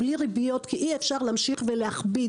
בלי ריביות, כי אי אפשר להמשך ולהכביד.